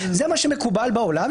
זה מה שמקובל בעולם,